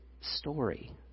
story